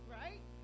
right